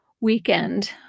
weekend